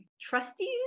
trustees